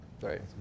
Right